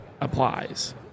applies